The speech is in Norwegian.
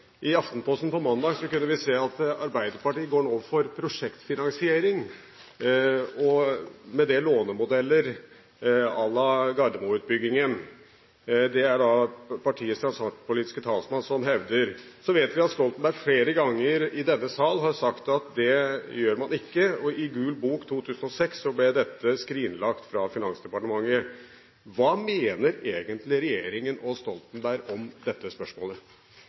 I Aftenposten på mandag kunne vi se at Arbeiderpartiet nå går for prosjektfinansiering – og med det lånemodeller à la Gardermoen-utbyggingen. Det er partiets samferdselspolitiske talskvinne som hevder dette. Så vet vi at Stoltenberg flere ganger i denne sal har sagt at det gjør man ikke, og i Gul bok i 2006 ble dette skrinlagt av Finansdepartementet. Hva mener egentlig regjeringen og Stoltenberg om dette spørsmålet?